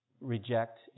reject